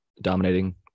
dominating